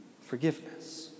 forgiveness